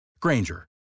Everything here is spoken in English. Granger